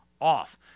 off